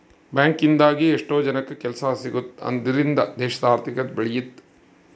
bank ಇಂದಾಗಿ ಎಷ್ಟೋ ಜನಕ್ಕೆ ಕೆಲ್ಸ ಸಿಗುತ್ತ್ ಅದ್ರಿಂದ ದೇಶದ ಆರ್ಥಿಕತೆ ಬೆಳಿಯುತ್ತೆ